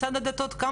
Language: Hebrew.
הרי